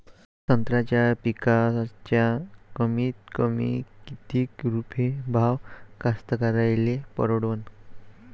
संत्र्याचा पिकाचा कमीतकमी किती रुपये भाव कास्तकाराइले परवडन?